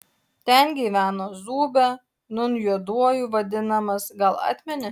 ten gyveno zūbė nūn juoduoju vadinamas gal atmeni